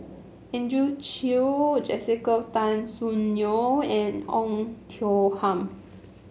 Andrew Chew Jessica Tan Soon Neo and Oei Tiong Ham